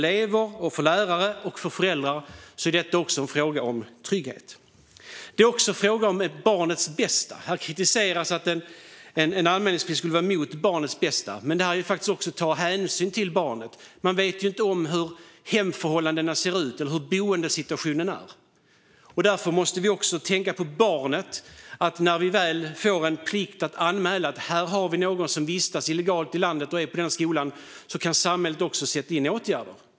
Det är också en fråga om barnets bästa. Här påstås att en anmälningsplikt skulle gå emot barnets bästa. Men det handlar om att ta hänsyn till barnet. Man vet ju inte hur hemförhållanden och boendesituation ser ut. Vi måste tänka på barnet. När det blir anmälningsplikt mot barn som vistas illegalt i landet och går i en skola kan samhället också sätta in åtgärder.